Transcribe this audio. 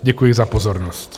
Děkuji za pozornost.